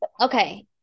Okay